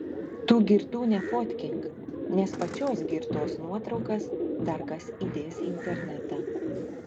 tu girtų nefotkink nes pačios girtos nuotraukas dar kas įdės į internetą